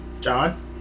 John